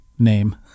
name